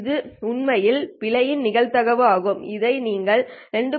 இது உண்மையில் பிழையின் நிகழ்தகவு ஆகும் இதை நீங்கள் 2